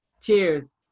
Cheers